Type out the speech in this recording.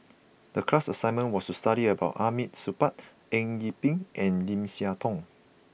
the class assignment was to study about Hamid Supaat Eng Yee Peng and Lim Siah Tong